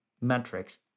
metrics